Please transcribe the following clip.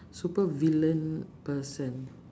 super villain person